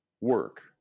work